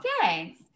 thanks